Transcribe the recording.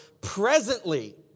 presently